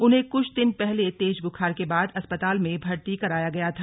उन्हें कुछ दिन पहले तेज बुखार के बाद अस्पताल में भर्ती कराया गया था